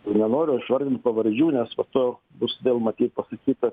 ir nenoriu aš vardint pavardžių nes po to bus vėl matyt pasakyta